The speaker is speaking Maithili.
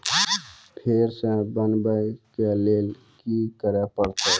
फेर सॅ बनबै के लेल की करे परतै?